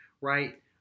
right